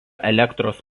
elektros